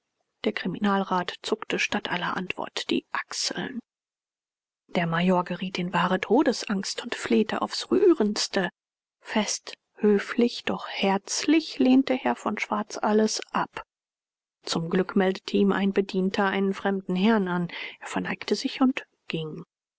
der kriminalrat zuckte statt aller antwort die achseln der major geriet in wahre todesangst und flehte aufs rührendste fest höflich doch herzlich lehnte herr von schwarz alles ab zum glück meldete ihm ein bedienter einen fremden herrn an er verneigte sich und ging